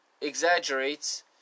Exaggerates